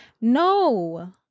no